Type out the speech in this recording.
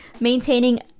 maintaining